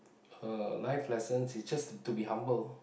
uh life lessons is just to be humble